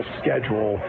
schedule